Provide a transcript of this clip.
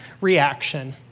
reaction